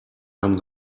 haben